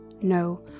No